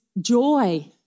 joy